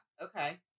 Okay